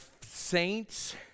saints